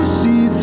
see